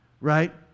right